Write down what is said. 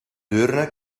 deurne